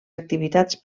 activitats